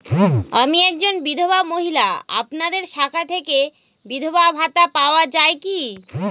আমি একজন বিধবা মহিলা আপনাদের শাখা থেকে বিধবা ভাতা পাওয়া যায় কি?